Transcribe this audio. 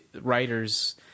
writers